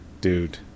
dude